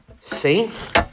saints